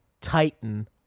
Titan